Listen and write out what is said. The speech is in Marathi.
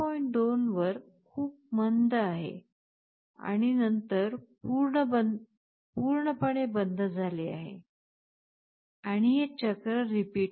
2 वर खूप मंद आहे आणि नंतर पूर्णपणे बंद झाले आहे आणि हे चक्र रिपीट होईल